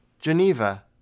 Geneva